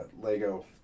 Lego